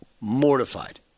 Mortified